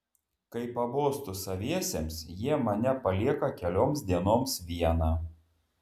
kai pabostu saviesiems jie mane palieka kelioms dienoms vieną